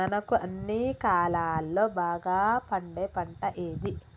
మనకు అన్ని కాలాల్లో బాగా పండే పంట ఏది?